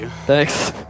Thanks